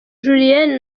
julienne